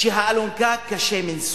שהאלונקה קשה מנשוא,